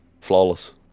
Flawless